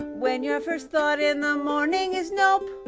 when your first thought in the morning is nope,